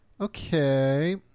okay